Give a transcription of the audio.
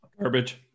Garbage